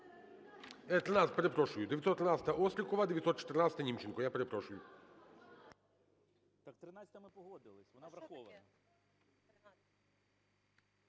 13, перепрошую. 913-а, Острікова. 914-а, Німченко. Я перепрошую.